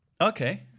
Okay